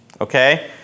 okay